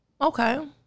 okay